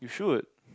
you should